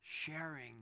sharing